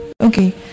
Okay